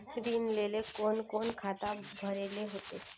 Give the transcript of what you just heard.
ऋण लेल कोन कोन खाता भरेले होते?